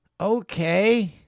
Okay